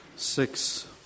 Six